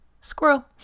Squirrel